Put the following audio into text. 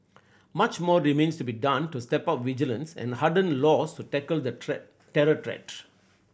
much more remains to be done to step out vigilance and harden laws to tackle the terror threat